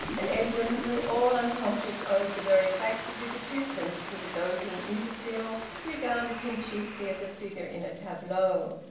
and edwin, who, all unconscious, owed the very fact of his existence to the doting imbecile, regarded him chiefly as a figure in a tableau,